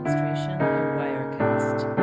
trees wirecast